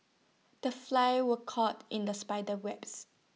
the fly was caught in the spider webs